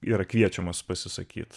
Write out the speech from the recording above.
yra kviečiamas pasisakyt